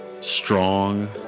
strong